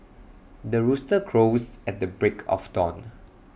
the rooster crows at the break of dawn